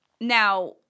now